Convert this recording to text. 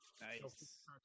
Nice